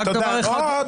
רק דבר אחד --- או,